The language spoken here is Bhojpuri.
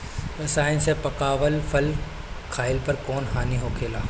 रसायन से पकावल फल खइला पर कौन हानि होखेला?